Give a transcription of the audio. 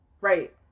Right